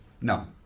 No